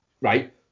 Right